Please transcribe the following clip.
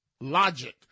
logic